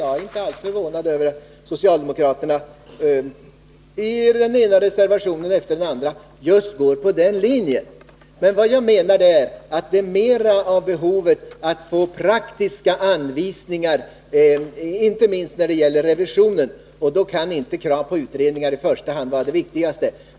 Jag är inte alls förvånad över att socialdemokraterna i den ena reservationen efter den andra just går på den linjen. Men vad jag menar är att det är mera behov av att få praktiska anvisningar, inte minst när det gäller revisionen. Då kan inte kravet på utredning vara det viktigaste.